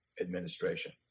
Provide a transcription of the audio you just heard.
administration